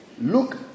Look